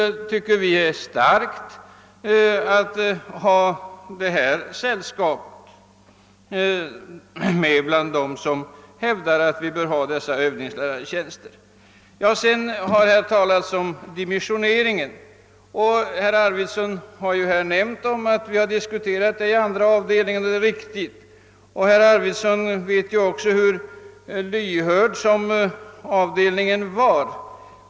Vi tycker oss ha starkt stöd för vårt förslag genom att skolöverstyrelsen hör till dem som hävdar att man bör ha dessa övningslärartjänster. Sedan har det talats om dimensioneringen. Herr Arvidson har nämnt att vi diskuterat detta inom statsutskottets andra avdelning. Det är riktigt. Herr Arvidson vet också hur lyhörda avdelningens ledamöter var.